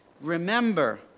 Remember